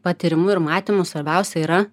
patyrimu ir matymu svarbiausia yra